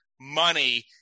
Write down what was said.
money